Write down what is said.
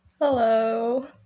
Hello